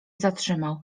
zatrzymał